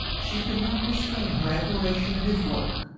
she could not restrain her admiration of his work.